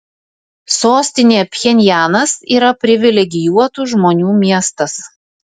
sostinė pchenjanas yra privilegijuotų žmonių miestas